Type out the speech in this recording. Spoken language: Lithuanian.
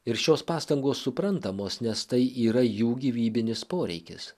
ir šios pastangos suprantamos nes tai yra jų gyvybinis poreikis